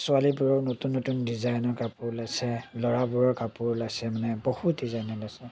ছোৱালীবোৰৰ নতুন নতুন ডিজাইন কাপোৰ ওলাইছে ল'ৰাবোৰৰ কাপোৰ ওলাইছে বহুত ওলাইছে